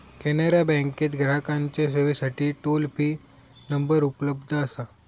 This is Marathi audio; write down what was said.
कॅनरा बँकेत ग्राहकांच्या सेवेसाठी टोल फ्री नंबर उपलब्ध असा